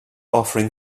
offering